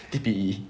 T_P_E